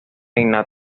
innata